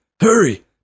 Hurry